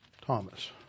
Thomas